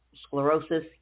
sclerosis